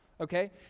okay